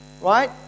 right